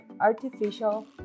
artificial